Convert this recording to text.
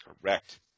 Correct